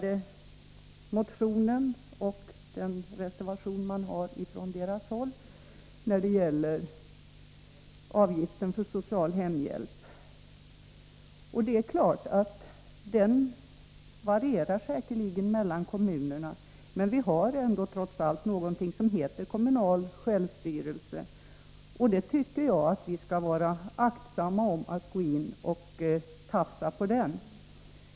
Till betänkandet finns en reservation fogad från moderaterna när det gäller avgiften för social hemhjälp. Det är klart att avgiften varierar mellan kommunerna. Men vi har någonting som heter kommunal självstyrelse. Jag tycker att vi skall akta oss för att tafsa på den.